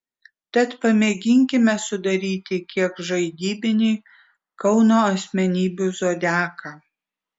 tad pamėginkime sudaryti kiek žaidybinį kauno asmenybių zodiaką